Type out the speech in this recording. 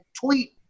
tweet